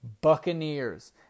Buccaneers